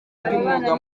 ry’umwuga